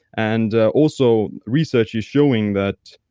and also, research is showing that,